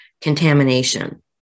contamination